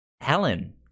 Helen